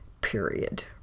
period